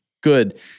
good